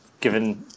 given